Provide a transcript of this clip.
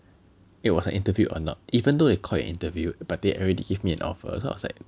it was an interview or not even though they call it interview but they already give me an offer so I was like